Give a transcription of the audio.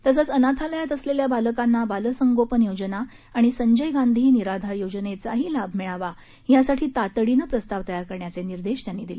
तसंच अनाथालयात असलेल्या बालकांना बालसंगोपन योजनाआणि संजय गांधी निराधार योजनेचाही लाभ मिळावा यासाठी तातडीनं प्रस्ताव तयार करण्याचे निर्देश त्यांनी दिले